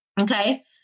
Okay